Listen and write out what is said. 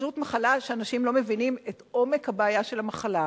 פשוט מחלה שאנשים לא מבינים את עומק הבעיה שלה.